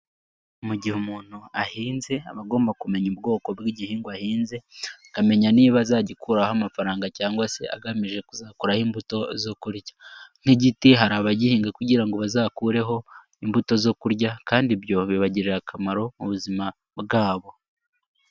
Mu gihe umuntu ahinze, aba agomba kumenya ubwoko bw'igihingwa ahinze, akamenya niba azagikuraho amafaranga cyangwa se agamije kuzakuraho imbuto zo kurya, nk'igiti hari abagihinga kugira ngo bazakureho imbuto zo kurya kandi ibyo bibagirira akamaro mu buzima bwabo.